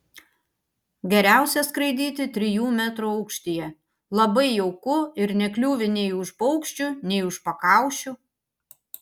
geriausia skraidyti trijų metrų aukštyje labai jauku ir nekliūvi nei už paukščių nei už pakaušių